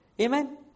Amen